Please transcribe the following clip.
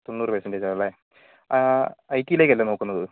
തൊണ്ണൂറ് പെർസെൻ്റേജ് ആണല്ലേ ഐ ടിയിലേക്ക് അല്ലെ നോക്കുന്നത്